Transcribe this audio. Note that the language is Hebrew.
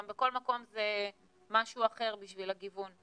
גם בכל מקום זה משהו אחר בשביל הגיוון.